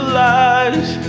lies